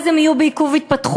אז הם יהיו בעיכוב התפתחות,